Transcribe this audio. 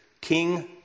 king